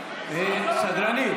בעד אורלי,